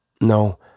No